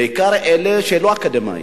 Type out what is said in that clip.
בעיקר אלה שלא אקדמאים,